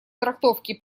трактовке